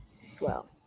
Swell